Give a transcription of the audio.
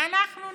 אנחנו נקבע.